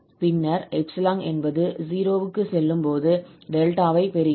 பின்னர் 𝜖 என்பது 0 க்கு செல்லும் போது 𝛿 ஐ பெறுகிறோம்